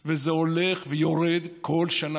וזה הולך ויורד כל שנה,